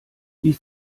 wie